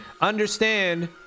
understand